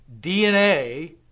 DNA